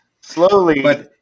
Slowly